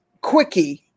quickie